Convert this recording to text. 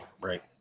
right